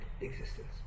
existence